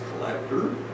collector